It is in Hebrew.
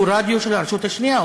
הוא רדיו של הרשות השנייה,